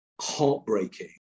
heartbreaking